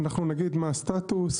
אנחנו נגיד מה הסטטוס.